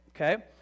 okay